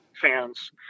fans